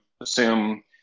assume